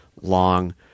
long